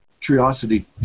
Curiosity